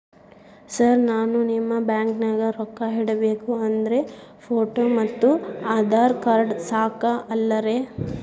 Sir ನಾನು ನಿಮ್ಮ ಬ್ಯಾಂಕನಾಗ ರೊಕ್ಕ ಇಡಬೇಕು ಅಂದ್ರೇ ಫೋಟೋ ಮತ್ತು ಆಧಾರ್ ಕಾರ್ಡ್ ಸಾಕ ಅಲ್ಲರೇ?